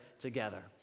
together